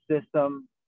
system